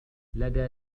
لدى